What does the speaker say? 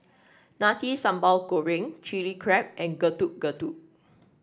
Nasi Sambal Goreng Chili Crab and Getuk Getuk